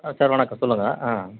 ஆ sir வணக்கம் சொல்லுங்கள் ஆ